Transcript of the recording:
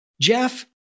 Jeff